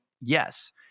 yes